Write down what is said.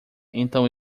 então